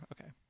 Okay